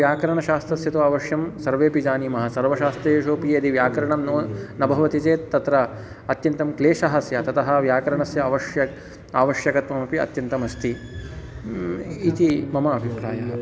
व्याकरणशास्त्रस्य तु आवश्यं सर्वेऽपि जानीमः सर्वशास्त्रेषु अपि यदि व्याकरणं न न भवति चेत् तत्र अत्यन्तं क्लेशः स्यात् अतः व्याकरणस्य अवश्यं आवश्यकत्वमपि अत्यन्तमस्ति इति मम अभिप्रायः